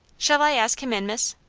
shall i ask him in, miss?